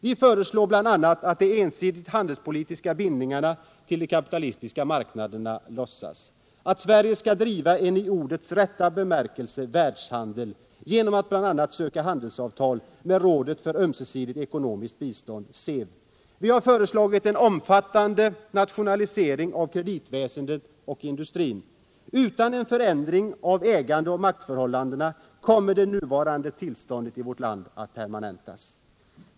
Vi föreslår bl.a. att de ensidiga handelspolitiska bindningarna till de kapitalistiska marknaderna lossas, att Sverige skall driva världshandel i ordets rätta bemärkelse genom att bl.a. söka handelsavtal med Rådet för ömsesidigt ekonomiskt bistånd — SEV. Vi har förslagit en omfattande nationalisering av kreditväsendet och industrin. Utan en förändring av ägandeoch maktförhållandena kommer det nuvarande tillståndet i vårt land att permanentas.